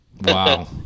Wow